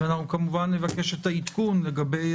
ואנחנו כמובן נבקש את העדכון לגבי